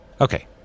Okay